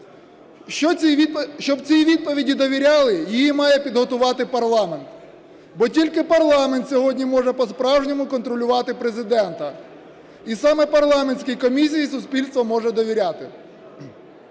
Щоб цій відповіді довіряли, її має підготувати парламент, бо тільки парламент сьогодні може по-справжньому контролювати Президента і саме парламентській комісії суспільство може довіряти.